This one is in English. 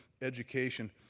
education